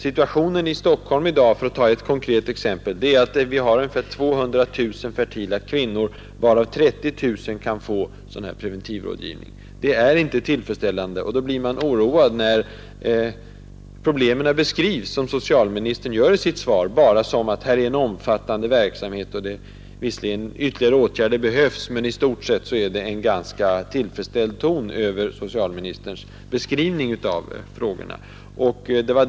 Situationen i Stockholm i dag — för att ta ett konkret exempel — är att vi har ungefär 200 000 fertila kvinnor, varav 30 000 kan få sådan här preventivmedelsrådgivning. Det är inte tillfredsställande, och då blir man oroad när problemen beskrivs som socialministern gjort i sitt svar, nämligen att här pågår en omfattande verksamhet, och visserligen behövs ytterligare åtgärder, men i stort sett är det en ganska tillfredsställd ton i socialministerns beskrivning av frågorna.